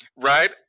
right